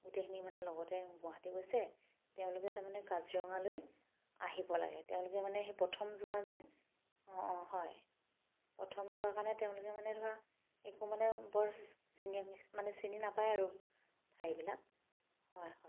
গোটেইখিনি মানে লগতে গুৱাহাটী গৈছে তেওঁলোকে তাৰমানে কাজিৰঙালৈ আহিব লাগে তেওঁলোকে মানে সেই প্ৰথম যোৱা যে অঁ অঁ হয় প্ৰথম যোৱা কাৰণে তেওঁলোকে মানে ধৰা একো মানে বৰ চিনাকী মানে চিনি নাপায় আৰু ঠাইবিলাক হয় হয়